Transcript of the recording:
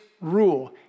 rule